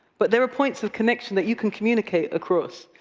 but there are points of connection that you can communicate across,